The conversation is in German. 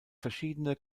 verschiedene